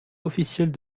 officielle